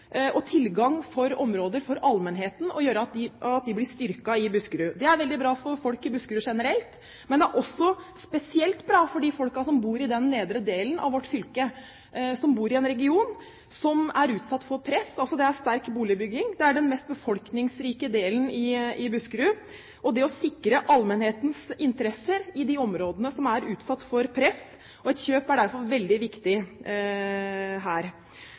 og tilgang til områder for allmennheten som blir styrket i Buskerud. Det er veldig bra for folk i Buskerud generelt, men det er spesielt bra for dem som bor i den nedre delen av vårt fylke, i en region som er utsatt for press – det er sterk boligbygging og den mest befolkningsrike delen i Buskerud. Det sikrer allmennhetens interesser i de områdene som er utsatt for press, og et kjøp er derfor veldig viktig her.